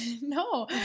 No